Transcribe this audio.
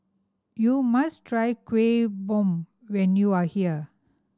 you must try Kuih Bom when you are here